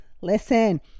Listen